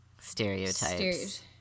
stereotypes